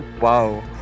Wow